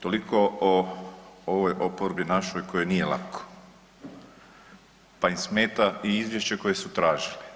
Toliko o ovoj oporbi našoj kojoj nije lako, pa im smeta i izvješće koje su tražili.